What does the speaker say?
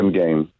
game